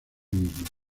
mismas